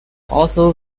also